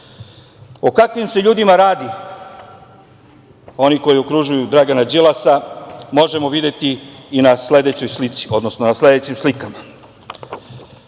kakvim se ljudima radi, oni koji okružuju Dragana Đilasa, možemo videti i na sledećoj slici, odnosno na sledećim slikama.